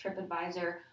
TripAdvisor